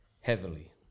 Heavily